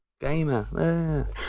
Gamer